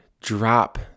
drop